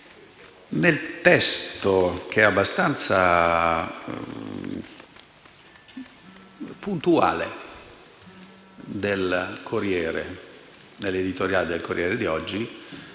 Nel testo, che è abbastanza puntuale, dell'editoriale del «Corriere della